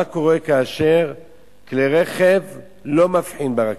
מה קורה כאשר כלי רכב לא מבחין ברכבת,